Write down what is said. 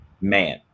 man